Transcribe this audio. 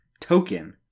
token